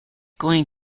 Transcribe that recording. going